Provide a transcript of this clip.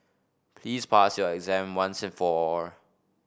please pass your exam once and for all